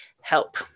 help